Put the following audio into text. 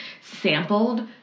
sampled